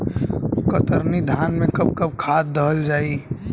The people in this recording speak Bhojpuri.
कतरनी धान में कब कब खाद दहल जाई?